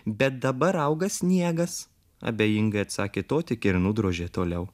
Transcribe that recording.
bet dabar auga sniegas abejingai atsakė totikė ir nudrožė toliau